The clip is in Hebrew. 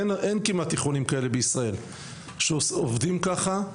אין כמעט תיכונים כאלה בישראל שעובדים ככה,